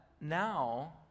now